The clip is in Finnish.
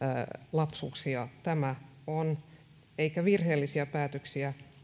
lapsuksia eikä virheellisiä päätöksiä